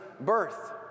birth